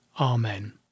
Amen